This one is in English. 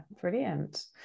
Brilliant